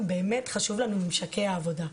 חשובים לנו מאוד ממשקי העבודה.